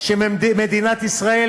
שמדינת ישראל,